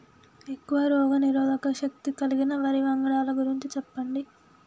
ఎక్కువ రోగనిరోధక శక్తి కలిగిన వరి వంగడాల గురించి చెప్పండి?